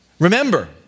Remember